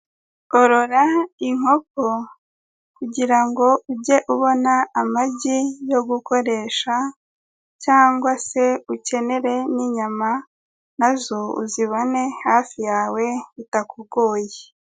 Orora inkoko kugira ngo ujye ubona amagi yo gukoresha cyangwa se ukenere n'inyama nazo uzibone hafi yawe bitakugoye.